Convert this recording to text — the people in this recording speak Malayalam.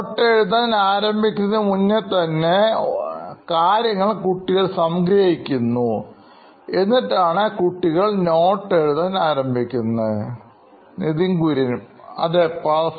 നോട്ട് എഴുതാൻ ആരംഭിക്കുന്നതിന് മുന്നേ തന്നെ കാര്യങ്ങൾ കുട്ടികൾ സംഗ്രഹിക്കുന്നു എന്നിട്ടാണ് കുട്ടികൾ നോട്ട് എഴുതുവാൻ ആരംഭിക്കുന്നത് Nithin Kurian COO Knoin Electronics Perfect